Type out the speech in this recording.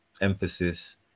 emphasis